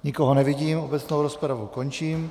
Nikoho nevidím, obecnou rozpravu končím.